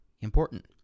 important